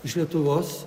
iš lietuvos